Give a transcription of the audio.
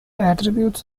attributes